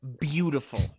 Beautiful